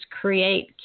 create